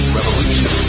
Revolution